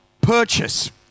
Purchase